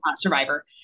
survivor